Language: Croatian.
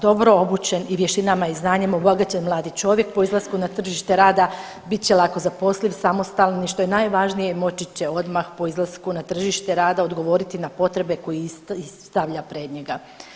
Dobro obučen i vještinama i znanjem obogaćen mladi čovjek po izlasku na tržište rada bit će lako zaposliv, samostalan i što je najvažnije moći će odmah po izlasku na tržište rada odgovoriti na potrebe koje isti stavlja pred njega.